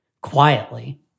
quietly